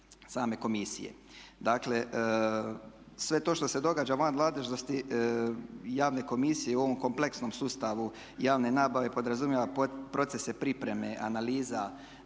same komisije. Dakle, sve to što se događa van nadležnosti javne komisije u ovom kompleksnom sustavu javne nabave podrazumijeva procese pripreme analiza